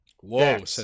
Whoa